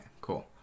cool